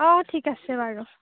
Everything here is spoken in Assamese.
অঁ ঠিক আছে বাৰু